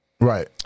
Right